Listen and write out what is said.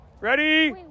Ready